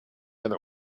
other